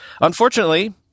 Unfortunately